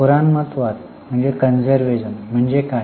पुराणमतवाद म्हणजे काय